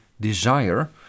desire